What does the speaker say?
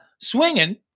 swinging